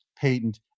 patent